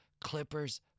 Clippers